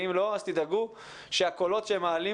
אם לא, תדאגו שהקולות שמעלים